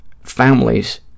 families